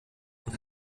und